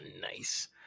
nice